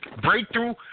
Breakthrough